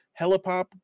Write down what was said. helipop